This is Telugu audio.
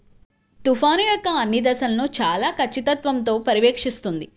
తుఫాను యొక్క అన్ని దశలను చాలా ఖచ్చితత్వంతో పర్యవేక్షిస్తుంది